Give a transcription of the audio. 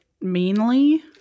meanly